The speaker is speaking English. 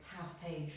half-page